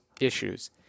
issues